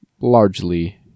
largely